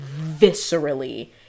viscerally